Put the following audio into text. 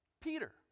Peter